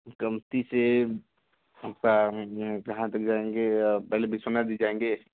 कमटी से ब कहाँ तक जायेंगे पहले विश्वनाथ जी जायेंगे